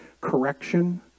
correction